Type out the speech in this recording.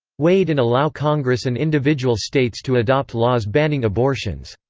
wade and allow congress and individual states to adopt laws banning abortions.